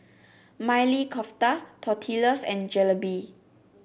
Maili Kofta Tortillas and Jalebi